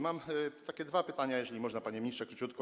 Mam takie dwa pytania, jeżeli można, panie ministrze, króciutko.